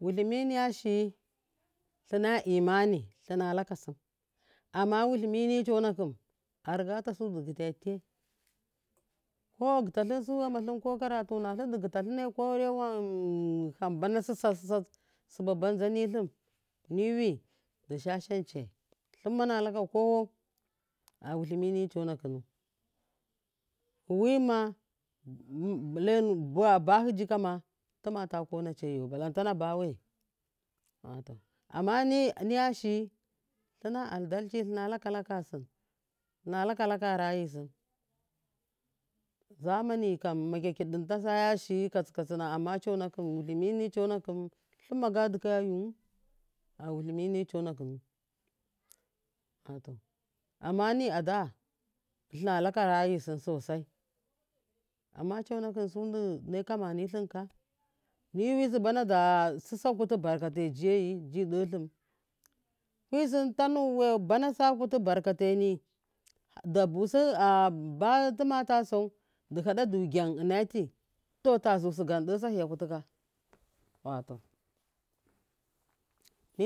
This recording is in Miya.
Wulimi niya shiyi luna ima luna lakasim, ni amma wulimi ni tsona kun arigatasu du guta tiyai ko agida linsu yamalum ko karatuna lum du gita linnai ko ya wan hambana sisanilin hamba banza nilim mwu du sha shance yai lummana luka kowa awulimini tsona khunu mima bahi jicama tumata kone cheyau balantan baway ato amniya shiyi luna adalci luna laka lakasim luna laka laka rayi sim zamani kham makyakyidin tasaya shiyi ka tsi katsina amma tsona kum wulimini tsona khum lummaga dikaya yuwa a wilimi nit so nakum limmaga dikaya yuwu a wulimini tsonakunu ato amma ni yada luna laka ra sim sosai amma tsona khum sudu ne kama tim nilinka nwi subana sisa kutu barkata ji ɗelim fisim tanu subana sa kuti barka ta je delim fisim tanu wa bana sakuti barkatai faha da yama inna bana da sa to duhada du gyam to da zusu gam de sahiya kutuka